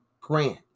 grant